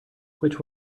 which